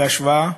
בהשוואה,